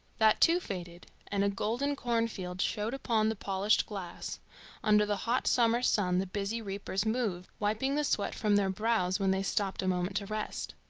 that, too, faded, and a golden cornfield showed upon the polished glass under the hot summer sun the busy reapers moved, wiping the sweat from their brows when they stopped a moment to rest.